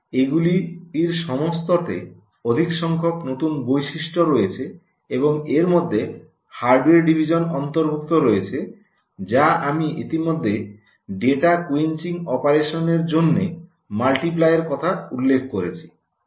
এগুলির সমস্তটিতে অধিক সংখ্যক নতুন বৈশিষ্ট্য রয়েছে এবং এর মধ্যে হার্ডওয়্যার ডিভিশন অন্তর্ভুক্ত রয়েছে যা আমি ইতিমধ্যে ডেটা কোয়েঞ্চিং অপারেশনের জন্য মাল্টিপ্লাই এর কথা উল্লেখ করেছি